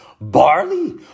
Barley